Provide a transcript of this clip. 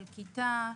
של כיתה,